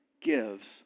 gives